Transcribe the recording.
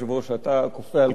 שאתה כופה על כולנו,